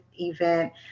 event